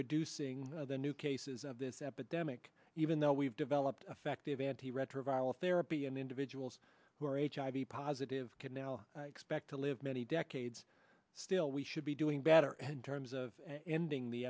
reducing the new cases of this epidemic even though we've developed effective antiretroviral therapy and individuals who are hiv positive can now expect to live many decades still we should be doing better and terms of ending the